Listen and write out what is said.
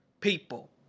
People